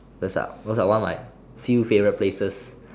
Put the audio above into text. those are those one of my few favorite places